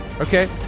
Okay